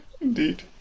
indeed